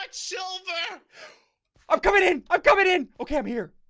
but so yeah i'm coming in i'm coming in okay. i'm here.